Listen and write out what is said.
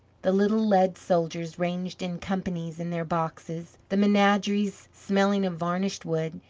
the little lead soldiers ranged in companies in their boxes, the menageries smelling of varnished wood,